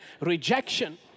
rejection